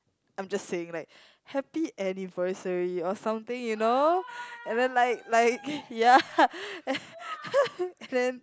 I'm just saying like happy anniversary or something you know and then like like ya and then